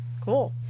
Cool